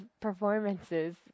performances